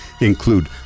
include